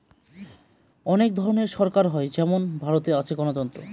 অনেক ধরনের সরকার হয় যেমন ভারতে আছে গণতন্ত্র